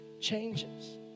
changes